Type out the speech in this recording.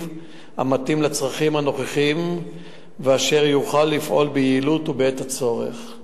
המתאים לצרכים הנוכחיים ויוכל לפעול ביעילות ובעת הצורך .